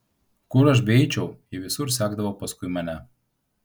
kur aš beeičiau ji visur sekdavo paskui mane